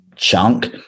chunk